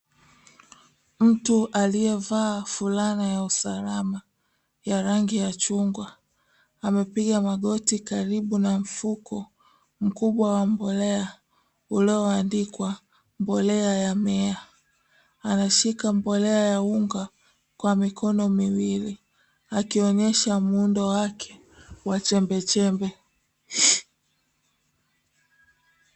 Mtu aliyevaa fulana ya usalama ya rangi ya chungwa, amepiga magoti karibu na mfuko mkubwa wa mbolea ulioandikwa "Mbolea ya mmea". Anashika mbolea ya unga kwa mikono miwili akionesha muundo wake wa chembechembe.